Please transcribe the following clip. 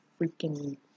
freaking